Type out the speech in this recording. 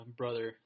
brother